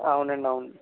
అవునండి అవును